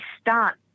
start